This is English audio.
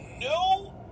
no